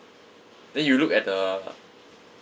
then you look at the